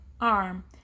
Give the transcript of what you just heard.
arm